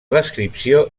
descripció